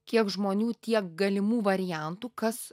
kiek žmonių tiek galimų variantų kas